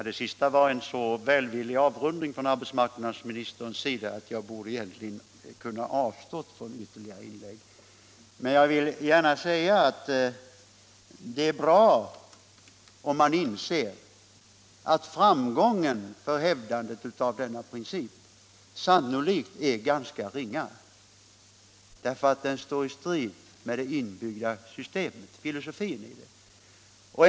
Herr talman! Arbetsmarknadsministern gjorde en så välvillig avrundning av debatten att jag egentligen borde kunna avstå från ytterligare inlägg. Men jag vill gärna säga att det är bra om man inser att framgången för hävdandet av denna princip sannolikt är ganska ringa, därför att den principen står i strid med den filosofi som finns inbyggd i systemet.